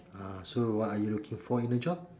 ah so what are you looking for in a job